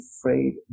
afraid